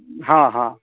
हँ हँ